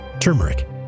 turmeric